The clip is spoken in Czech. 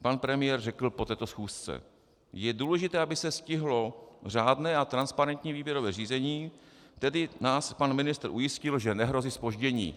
Pan premiér řekl po této schůzce: Je důležité, aby se stihlo řádné a transparentní výběrové řízení, tedy nás pan ministr ujistil, že nehrozí zpoždění.